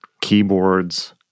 keyboards